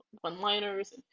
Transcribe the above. one-liners